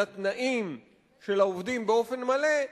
לתנאים של העובדים באופן מלא,